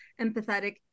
empathetic